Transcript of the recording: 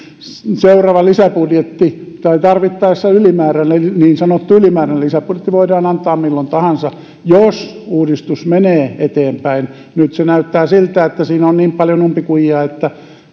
että seuraava lisäbudjetti tai tarvittaessa niin sanottu ylimääräinen lisäbudjetti voidaan antaa milloin tahansa jos uudistus menee eteenpäin nyt se näyttää siltä että siinä on niin paljon umpikujia että